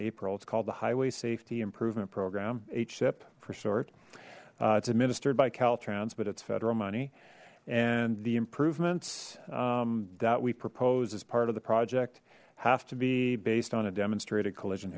april it's called the highway safety improvement program a chip for short it's administered by caltrans but it's federal money and the improvements that we propose as part of the project have to be based on a demonstrated collision